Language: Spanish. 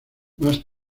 más